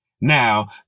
Now